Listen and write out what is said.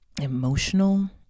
emotional